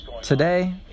Today